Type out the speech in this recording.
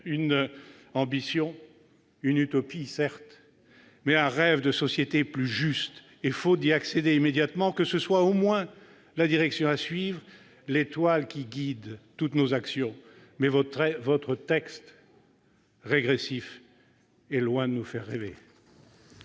Une ambition, une utopie, certes, mais un rêve de société plus juste. Et faute d'y accéder immédiatement, que ce soit, au moins, la direction à suivre, l'étoile qui guide toutes nos actions. Mais votre texte, régressif, est loin de nous faire rêver